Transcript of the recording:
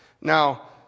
Now